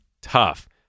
tough